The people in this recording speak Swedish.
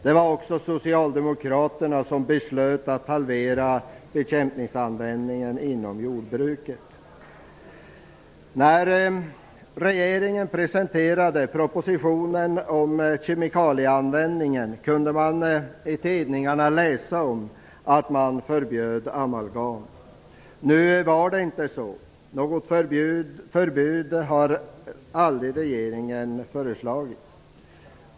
Det var också Socialdemokraterna som beslöt att halvera bekämpningsanvändningen inom jordbruket. När den borgerliga regeringen presenterade propositionen om kemikalieanvändningen kunde man i tidningarna läsa att amalgamet skulle förbjudas. Nu var det inte så. Något förbud har regeringen aldrig föreslagit.